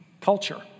culture